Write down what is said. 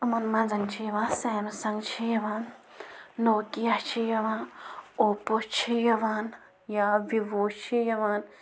یِمَن منٛز چھِ یِوان سامسنٛگ چھِ یِوان نوکیا چھِ یِوان اوپو چھِ یِوان یا وِوو چھِ یِوان